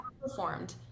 performed